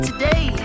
Today